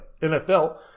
NFL